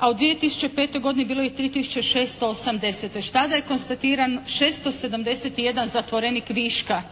a u 2005. godini bilo je 3 tisuće 80. Već tada je konstatiran 71 zatvorenik viška,